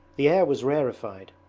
the air was rarefied,